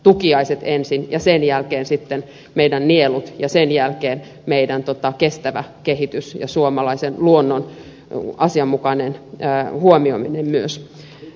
tukiaiset ensin ja sen jälkeen sitten nielut ja sen jälkeen kestävä kehitys ja suomalaisen luonnon asianmukainen huomioinen myös